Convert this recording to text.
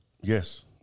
Yes